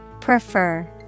Prefer